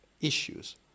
issues